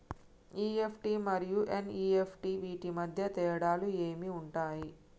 EFT మరియు NEFT వీటి మధ్య తేడాలు ఏమి ఉంటాయి?